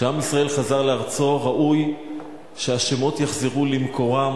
כשעם ישראל חזר לארצו ראוי שהשמות יחזרו למקורם.